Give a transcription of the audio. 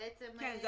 כן.